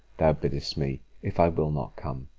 thou biddest me, if i will not come.